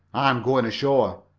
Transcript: going ashore.